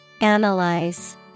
Analyze